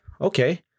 Okay